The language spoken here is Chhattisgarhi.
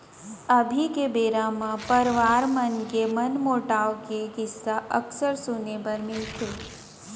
अभी के बेरा म परवार मन के मनमोटाव के किस्सा अक्सर सुने बर मिलथे